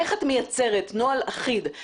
איך את מייצרת נוהל אחיד.